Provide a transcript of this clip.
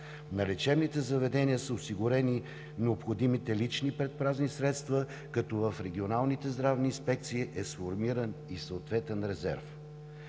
На лечебните заведения са осигурени необходимите лични предпазни средства като в регионалните здравни инспекции е сформиран и съответен резерв.